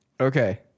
Okay